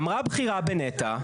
אמרה הבכירה בנת"ע,